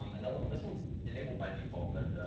um another one, this one's enabled by default, but